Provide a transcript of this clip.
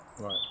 Right